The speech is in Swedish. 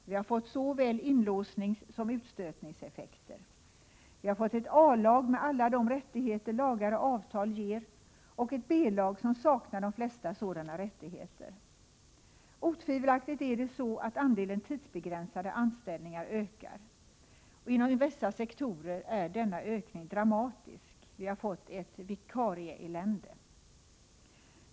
Vi har fått såväl inlåsningssom utstötningseffekter. Vi har fått ett A-lag med alla de rättigheter lagar och avtal ger och ett B-lag som saknar de flesta sådana rättigheter. Andelen tidsbegränsade anställningar ökar otvivelaktigt. Inom vissa sektorer är denna ökning dramatisk. Vi har fått ett vikarieelände.